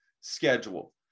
schedule